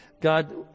God